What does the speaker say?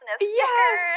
Yes